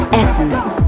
essence